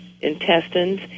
intestines